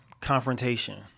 confrontation